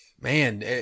Man